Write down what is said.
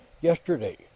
yesterday